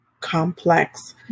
complex